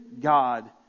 God